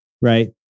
Right